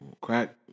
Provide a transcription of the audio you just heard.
crack